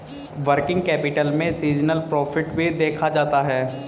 working capital में seasonal profit भी देखा जाता है